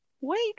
Wait